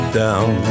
down